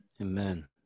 Amen